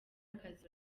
akazi